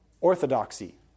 orthodoxy